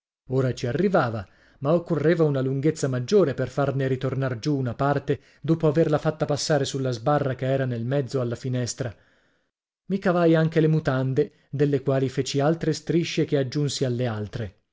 ora ci arrivava ma occorreva una lunghezza maggiore per farne ritornar giù una parte dopo averla fatta passare sulla sbarra che era nel mezzo alla finestra i cavai anche le mutande delle quali feci altre strisce che aggiunsi alle altre